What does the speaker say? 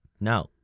No